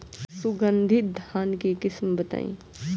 सुगंधित धान के किस्म बताई?